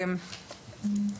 הבחנה.